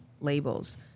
labels